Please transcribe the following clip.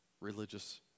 religious